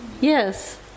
Yes